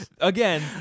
again